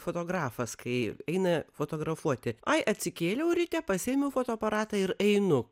fotografas kai eina fotografuoti ai atsikėliau ryte pasiėmiau fotoaparatą ir einu